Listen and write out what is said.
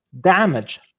damage